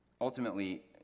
ultimately